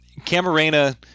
Camarena